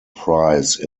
prize